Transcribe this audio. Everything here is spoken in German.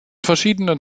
verschiedenen